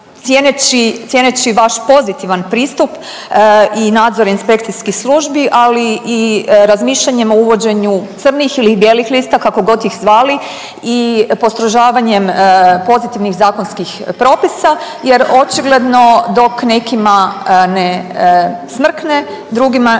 cijeneći vaš pozitivan pristup i nadzor inspekcijskih službi, ali i razmišljanjem o uvođenju crnih ili bijelih lista kako god ih zvali i postrožavanjem pozitivnih zakonskih propisa jer očigledno dok nekima ne smrkne drugima ne svane.